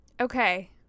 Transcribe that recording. Okay